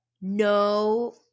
no